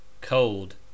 cold